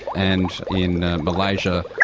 and in malaysia,